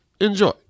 enjoy